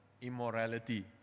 immorality